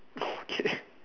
okay